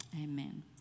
Amen